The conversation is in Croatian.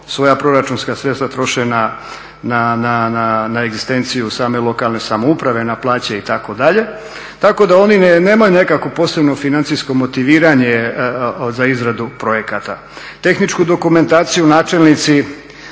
svoja proračunska sredstva troše na egzistenciju same lokalne samouprave, na plaće itd. tako da oni nemaju nekakvo posebno financijsko motiviranje za izradu projekata.